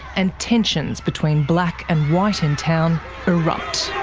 and tensions between black and white in town erupt.